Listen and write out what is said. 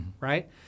right